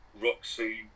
Roxy